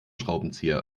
schraubenzieher